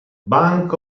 bank